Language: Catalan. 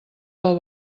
del